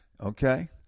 Okay